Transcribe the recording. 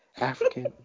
African